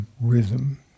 rhythm